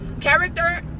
character